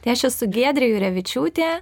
tai aš esu giedrė jurevičiūtė